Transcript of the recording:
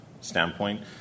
standpoint